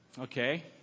Okay